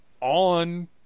on